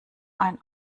ein